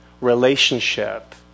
relationship